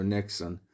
Nixon